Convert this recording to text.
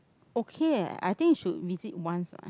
okay leh I think you should visit once lah